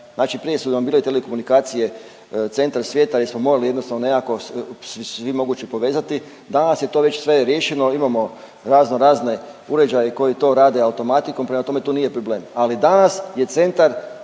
znači prije su vam bile telekomunikacije centar svijeta jer smo morali jednostavno nekako svi mogući povezati, danas je to već sve riješeno, imamo razno razne uređaje koji to rade automatikom, prema tome tu nije problem, ali danas je Centar